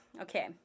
Okay